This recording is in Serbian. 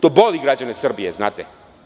To boli građane Srbije, znate.